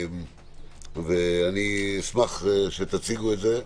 אשמח שתציגו את זה.